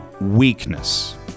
weakness